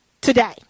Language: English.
today